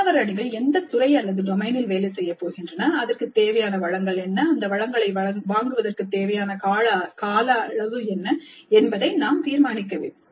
மாணவர் அணிகள் எந்த துறை அல்லது டொமைனில் வேலை செய்யப் போகின்றனர் அதற்கு தேவையான வளங்கள் என்ன அந்த வளங்களை வாங்குவதற்கு தேவையான கால அளவு என்ன என்பதை நாம் தீர்மானிக்க வேண்டும்